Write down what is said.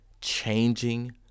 changing